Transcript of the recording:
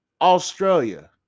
Australia